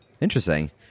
Interesting